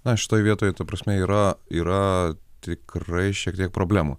aš toj vietoj ta prasme yra yra tikrai šiek tiek problemų